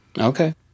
Okay